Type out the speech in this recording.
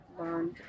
learned